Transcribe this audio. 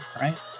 right